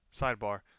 sidebar